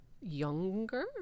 younger